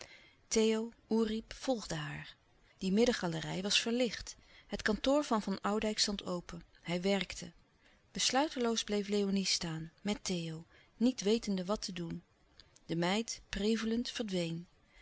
theo oerip volgden haar die middengalerij was verlicht het kantoor van van oudijck stond open hij werkte besluiteloos bleef léonie staan met theo niet wetende wat te doen de meid prevelend verdween